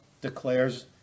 declares